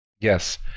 Yes